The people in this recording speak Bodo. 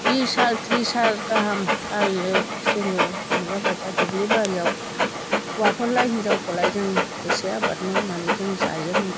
बिस हाल त्रिस हाल गाहाम हालो जोङो रंजा बाजा दुब्लि बारियाव हौवाफोरलाय हिनजावफोरलाय जों बेसे आबाद मावनानै जों जायोमोन